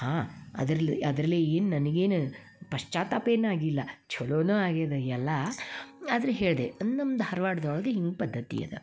ಹಾಂ ಅದ್ರಲ್ಲಿ ಅದ್ರಲ್ಲಿ ಏನು ನನ್ಗೇನೂ ಪಶ್ಚಾತ್ತಾಪ ಏನೂ ಆಗಿಲ್ಲ ಛಲೋನೇ ಆಗಿದೆ ಎಲ್ಲ ಆದ್ರೆ ಹೇಳಿದೆ ಅಂದ್ರ್ ನಮ್ಮ ಧಾರ್ವಾಡ್ದೊಳಗೆ ಹಿಂಗೆ ಪದ್ದತಿ ಅದ